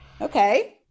okay